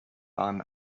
waren